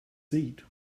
seat